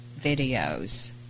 videos